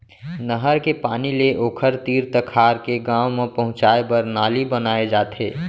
नहर के पानी ले ओखर तीर तखार के गाँव म पहुंचाए बर नाली बनाए जाथे